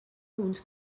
uns